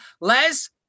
Les